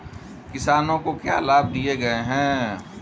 किसानों को क्या लाभ दिए गए हैं?